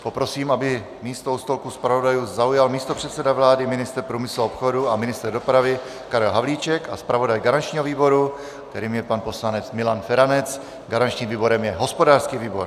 Poprosím, aby místo u stolku zpravodajů zaujal místopředseda vlády, ministr průmyslu a obchodu a ministr dopravy Karel Havlíček a zpravodaj garančního výboru, kterým je pan poslanec Milan Feranec. Garančním výborem je hospodářský výbor.